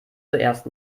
zuerst